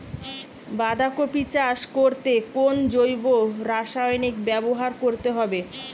বাঁধাকপি চাষ করতে কোন জৈব রাসায়নিক ব্যবহার করতে হবে?